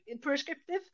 prescriptive